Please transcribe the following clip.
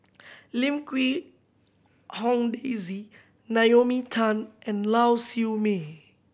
Lim Quee Hong Daisy Naomi Tan and Lau Siew Mei